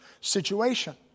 situation